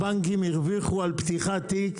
הבנקים הרוויחו על פתיחת תיק,